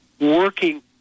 working